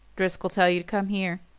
driscoll tell you to come here?